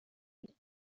and